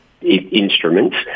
instruments